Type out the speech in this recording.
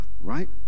right